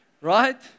right